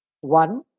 One